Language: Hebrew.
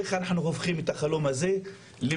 איך אנחנו הופכים את החלום הזה למציאות,